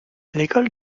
l’école